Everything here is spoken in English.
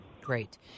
Great